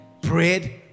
bread